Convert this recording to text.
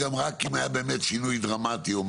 רק אם היה במאת שינוי דרמטי.